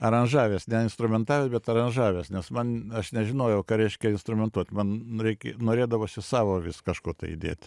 aranžavęs ne instrumentavęs bet aranžavęs nes man aš nežinojau ką reiškia instrumentuot man reikia norėdavosi savo vis kažko tai įdėt